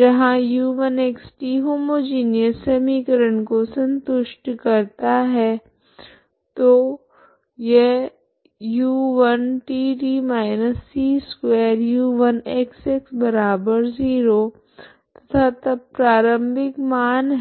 जहां u1xt homogeneous समीकरण को संतुष्ट करता है तो यह u1tt−c2u1xx0 तथा तब प्रारम्भिक मान है